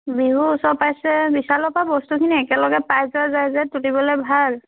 বিহু ওচৰ পাইছে বিশালৰ পৰা বস্তুখিনি একেলগে পাই যোৱা যায় যে তুলিবলৈ ভাল